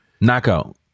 knockout